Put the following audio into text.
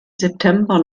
september